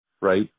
right